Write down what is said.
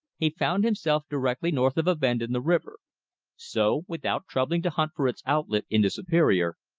he found himself directly north of a bend in the river so, without troubling to hunt for its outlet into superior,